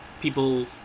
People